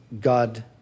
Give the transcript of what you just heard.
God